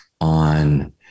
on